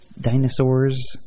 Dinosaurs